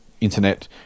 internet